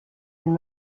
and